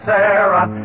Sarah